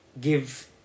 give